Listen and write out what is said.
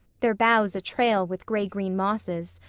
their boughs a-trail with gray-green mosses,